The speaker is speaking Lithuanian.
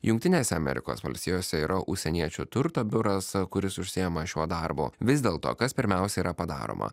jungtinėse amerikos valstijose yra užsieniečių turto biuras kuris užsiima šiuo darbu vis dėl to kas pirmiausia yra padaroma